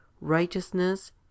righteousness